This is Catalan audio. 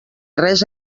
res